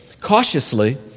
Cautiously